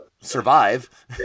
survive